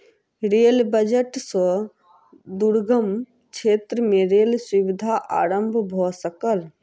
rail budget सॅ दुर्गम क्षेत्र में रेल सुविधा आरम्भ भ सकल